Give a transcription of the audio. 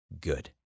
Good